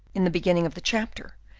in the beginning of the chapter,